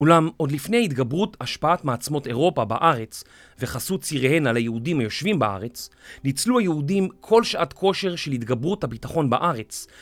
אולם עוד לפני התגברות השפעת מעצמות אירופה בארץ וחסות ציריהן על היהודים מיושבים בארץ, ניצלו היהודים כל שעת כושר של התגברות הביטחון בארץ.